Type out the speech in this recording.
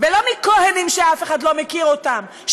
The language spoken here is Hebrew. ולא מכוהנים שאף אחד לא מכיר אותם.